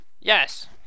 Yes